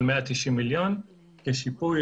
כשיפוי